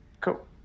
Cool